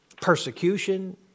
persecution